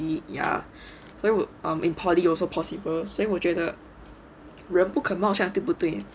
you mean in J_C ya where we are in poly also possible 所以我觉得人不可貌相对不对